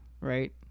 right